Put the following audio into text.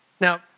Now